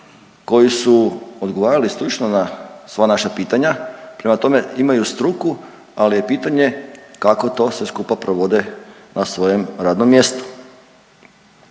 koji su odgovarali stručno na sva naša pitanja, prema tome imaju struku, ali je pitanje kako to sve skupa provode na svojem radnom mjestu.